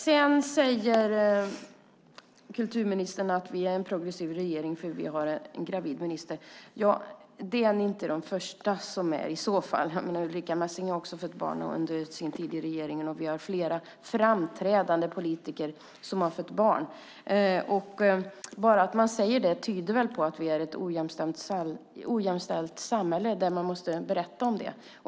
Sedan säger kulturministern att de är en progressiv regering, eftersom de har en gravid minister. Det är ni inte de första att vara i så fall. Ulrica Messing har också fött barn under sin tid i regeringen, och vi har flera framträdande politiker som har fött barn. Bara att man säger det tyder väl på att vi är ett ojämställt samhälle - eftersom man måste berätta om det.